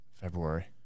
February